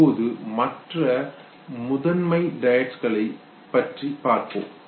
இப்பொழுது மற்ற முதன்மை டயட்ஸ் களை இருவுணர்வு கலப்பு பற்றி பார்ப்போம்